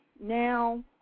now